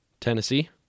Tennessee